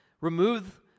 remove